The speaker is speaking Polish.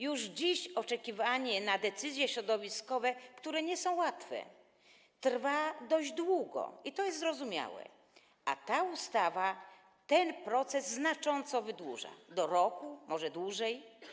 Już dziś oczekiwanie na decyzje środowiskowe, które nie są łatwe, trwa dość długo, i to jest zrozumiałe, a ta ustawa ten proces znacząco wydłuża, do roku, może dłużej.